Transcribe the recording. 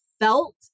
felt